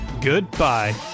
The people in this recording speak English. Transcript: goodbye